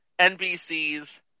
NBC's